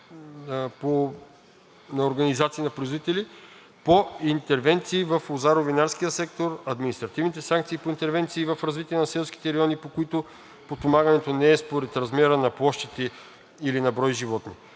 на организации на производители; по интервенциите в лозаро-винарския сектор; административните санкции по интервенциите за развитие на селските райони, по които подпомагането не е според размер на площите или брой на животните.